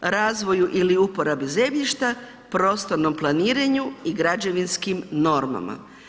razvoju ili uporabi zemljišta, prostornom planiranju i građevinskim normama.